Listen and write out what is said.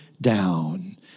down